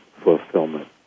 fulfillment